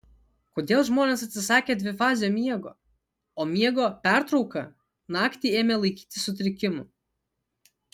kodėl žmonės atsisakė dvifazio miego o miego pertrauką naktį ėmė laikyti sutrikimu